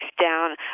down